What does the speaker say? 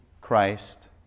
Christ